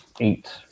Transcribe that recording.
eight